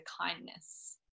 kindness